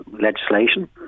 legislation